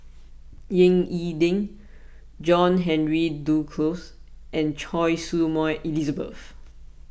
Ying E Ding John Henry Duclos and Choy Su Moi Elizabeth